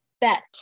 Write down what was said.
bet